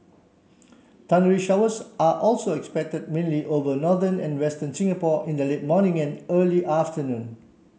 thundery showers are also expected mainly over northern and western Singapore in the late morning and early afternoon